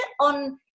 on